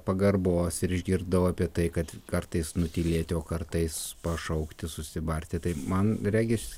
pagarbos ir išgirdau apie tai kad kartais nutylėti o kartais pašaukti susibarti tai man regis